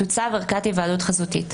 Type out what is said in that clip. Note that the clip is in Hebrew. תוצב ערכת היוועדות חזותית,